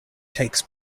takes